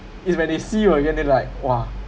is when they see you again then like !wah!